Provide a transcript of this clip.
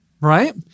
right